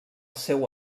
seu